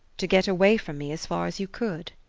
to get away from me as far as you could?